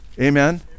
amen